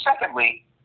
secondly